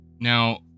Now